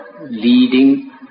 leading